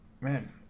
man